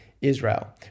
Israel